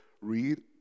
read